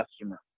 customer